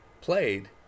played